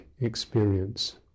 experience